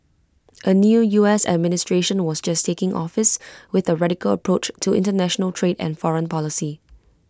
A new U S administration was just taking office with A radical approach to International trade and foreign policy